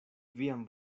vian